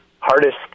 hardest